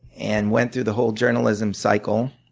and went through the whole journalism cycle.